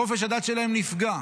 חופש הדת שלהם נפגע.